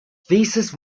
theses